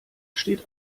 steht